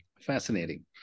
Fascinating